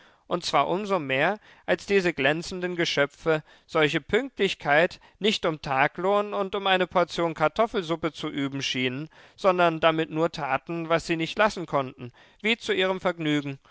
und zwar um so mehr als diese glänzenden geschöpfe solche pünktlichkeit nicht um taglohn und um eine portion kartoffelsuppe zu üben schienen sondern damit nur taten was sie nicht lassen konnten wie zu ihrem vergnügen